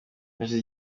hashize